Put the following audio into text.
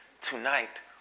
tonight